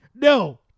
no